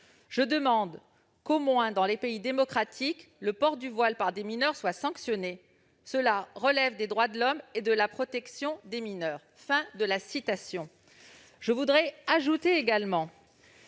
Je demande qu'au moins dans les pays démocratiques, le port du voile par des mineures soit sanctionné. Cela relève des droits de l'homme et de la protection des mineurs. » J'ajoute que cet